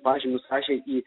pažymius rašė į